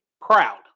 proud